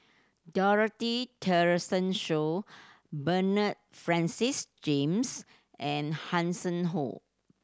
Dorothy Tessensohn Bernard Francis James and Hanson Ho